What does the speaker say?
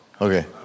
Okay